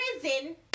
prison